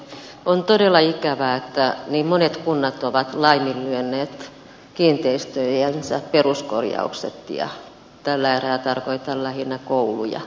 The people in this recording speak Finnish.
on todella ikävää että niin monet kunnat ovat laiminlyöneet kiinteistöjensä peruskorjaukset ja tällä erää tarkoitan lähinnä kouluja